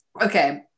okay